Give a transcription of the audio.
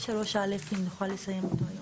3א אם נוכל לסיים אותו.